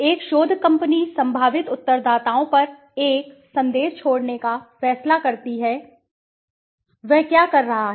एक शोध कंपनी संभावित उत्तरदाताओं पर एक संदेश छोड़ने का फैसला करती है वह क्या कर रहा है